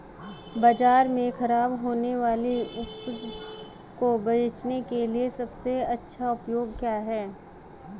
बाजार में खराब होने वाली उपज को बेचने के लिए सबसे अच्छा उपाय क्या है?